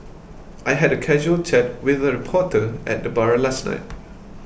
I had a casual chat with a reporter at the bar last night